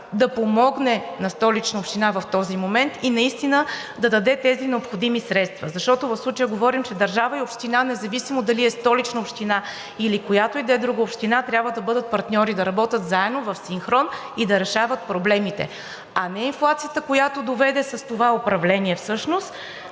да помогне на Столичната община в този момент и наистина да даде тези необходими средства. Защото в случая говорим, че държавата и общината, независимо дали е Столичната община или която и да е друга община, трябва да бъдат партньори, да работят заедно в синхрон и да решават проблемите, а не инфлацията, която дойде с това управление всъщност